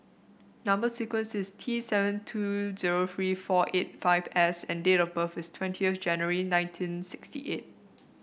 number sequence is T seven two zero three four eight five S and date of birth is twentieth January nineteen sixty eight